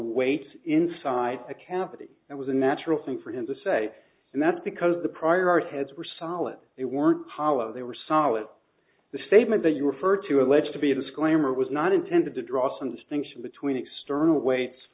weight inside a cavity and was a natural thing for him to say and that's because the prior art heads were solid they weren't hollow they were solid the statement that you refer to alleged to be a disclaimer was not intended to draw some distinction between external weights